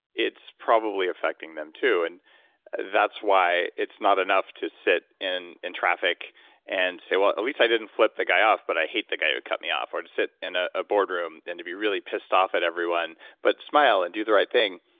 it's probably affecting them too, and that's why it's not enough to sit in in traffic and say, well, at least i didn't flip the guy off, but i hate the guy that cut me off, or sit in a ah boardroom and to be really pissed off at everyone, but smile and do the right thing.